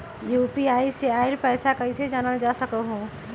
UPI से आईल पैसा कईसे जानल जा सकहु?